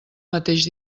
mateix